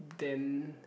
then